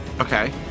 Okay